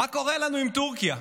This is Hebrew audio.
מה קורה לנו עם טורקיה?